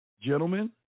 Gentlemen